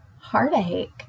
heartache